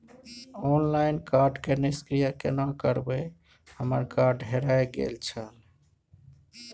Online card के निष्क्रिय केना करबै हमर कार्ड हेराय गेल छल?